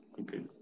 Okay